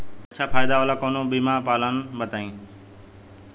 अच्छा फायदा वाला कवनो बीमा पलान बताईं?